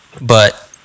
But-